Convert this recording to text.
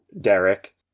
Derek